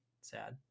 Sad